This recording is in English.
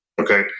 Okay